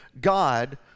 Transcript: God